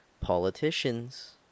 politicians